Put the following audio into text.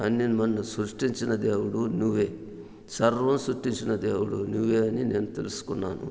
అన్ని నన్ను సృష్టించిన దేవుడు నువ్వే సర్వం సృష్టించిన దేవుడవు నువ్వే అని నేను తెలుసుకున్నాను